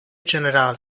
generale